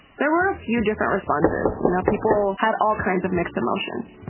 there were a few different responses. you know, people had all kinds of mixed emotions.